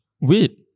Wait